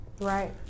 Right